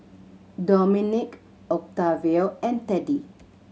Dominique Octavio and Teddy